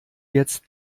jetzt